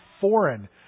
foreign